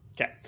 okay